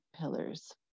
pillars